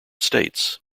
states